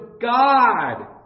God